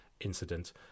incident